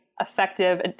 effective